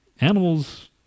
animals